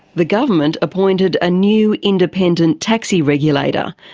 the government appointed a new independent taxi regulator,